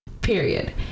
period